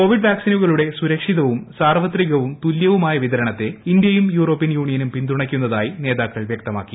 Covid വാക്സിനുകളുടെ സൂരക്ഷിതവും സാർവത്രികവും തുല്യവുമായ വിതരണത്തെ ഇന്ത്യയും യൂറോപ്യൻ യൂണിയനും പിന്തുണയ്ക്കുന്നതായി നേതാക്കൾ വ്യക്തമാക്കി